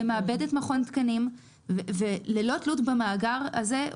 מעבדת מכון התקנים וללא תלות במאגר הזה.